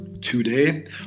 Today